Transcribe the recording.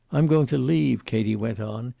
i'm going to leave, katie went on.